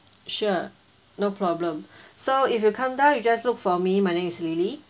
sure no problem so if you come down you just look for me my name is lily